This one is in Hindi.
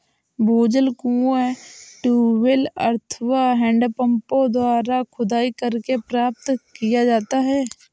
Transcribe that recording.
भूजल कुओं, ट्यूबवैल अथवा हैंडपम्पों द्वारा खुदाई करके प्राप्त किया जाता है